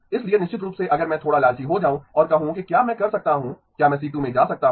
इसलिए निश्चित रूप से अगर मैं थोड़ा लालची हो जाऊं और कहूं कि क्या मैं कर सकता हूं क्या मैं C2 में जा सकता हूं